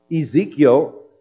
Ezekiel